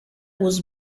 was